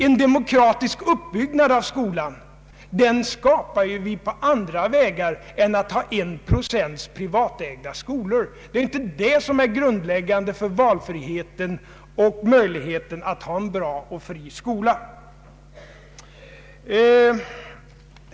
En demokratisk uppbyggnad av skolan skapar vi på andra vägar än genom att ha en procent privatägda skolor. Det är inte detta som är grundläggande för valfriheten och möjligheten att ha en bra och fri skola.